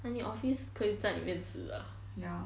!huh! 你可以在里面吃的 ah